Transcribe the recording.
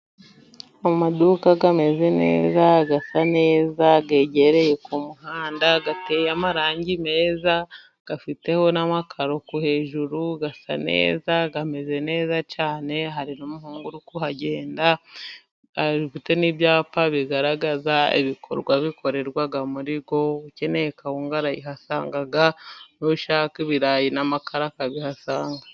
Amaduka ameze neza asa neza yegereye ku muhanda, ateye amarangi meza afiteho n'amakaro hejuru asa neza ameze neza cyane, hari n'umuhungu uri kuhagenda afite n'ibyapa bigaragaza ibikorwa bikorerwa muri yo. Ukeneye kawunga arayihasanga n'ushaka ibirayi n'amakara akabihasanga.